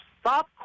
stop